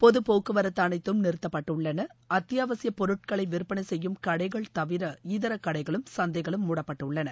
பொது போக்குவரத்து அளைத்தும் நிறுத்தப்பட்டுள்ளன் அத்தியாவசிய பொருட்களை விற்பனை செய்யும் கடைகள் தவிர இதர கடைகளும் சந்தைகளும் மூடப்பட்டுள்ளன